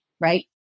right